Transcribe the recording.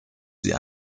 sie